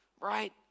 right